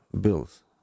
bills